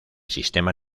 sistema